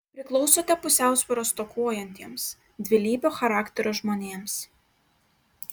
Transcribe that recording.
priklausote pusiausvyros stokojantiems dvilypio charakterio žmonėms